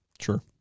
Sure